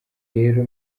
rero